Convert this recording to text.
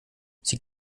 sie